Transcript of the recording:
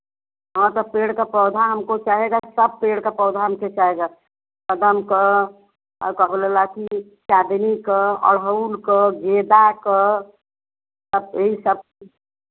हाँ सब पेड़ का पौधा हमको चाहेगा सब पेड़ का पौधा हमको चाहेगा कदम का और का बोलेला कि चादनी का गुड़हल का गेंदा का सब यही सब